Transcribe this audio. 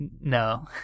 No